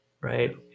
Right